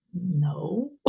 no